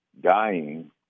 dying